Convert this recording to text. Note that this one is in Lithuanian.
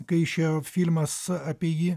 kai išėjo filmas apie jį